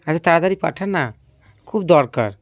আচ্ছা তাড়াতাড়ি পাঠা না খুব দরকার